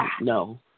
no